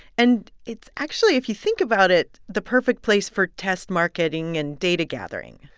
and it's actually, if you think about it, the perfect place for test marketing and data gathering